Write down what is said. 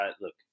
look